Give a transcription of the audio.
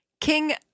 King